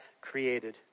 created